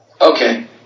Okay